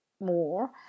more